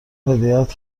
هدایت